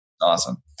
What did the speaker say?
Awesome